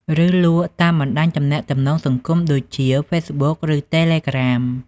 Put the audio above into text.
ឬលក់តាមបណ្តាញទំនាក់ទំនងសង្គមដូចជា ហ្វេសបុក ឬ តេឡេក្រាម។